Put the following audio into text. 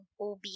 OB